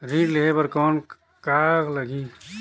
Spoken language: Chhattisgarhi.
ऋण लेहे बर कौन का लगही?